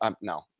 no